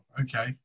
okay